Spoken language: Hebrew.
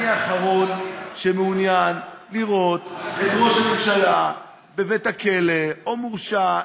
אני האחרון שמעוניין לראות את ראש הממשלה בבית הכלא או מורשע.